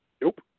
Nope